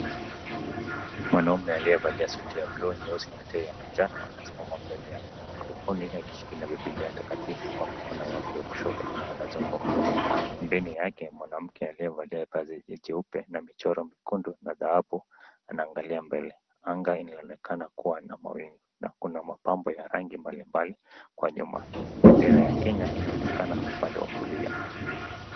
Mwanaume aliyevalia suti ya buluu ,nyeusi na tai ya manjano anasimama mbele ya kampuni akishikia biblia takatifu kwa mkono wake wa kushoto na anazungumza .pendeni yake mwanamke aliyevalia mkufu anamuangalia. Bendera ya Kenya inaonekana upande wa kulia.